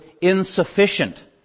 insufficient